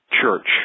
Church